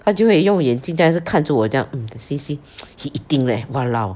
她就会用眼睛这样子看住我这样 mm see see he eating leh !walao!